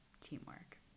teamwork